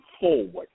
forward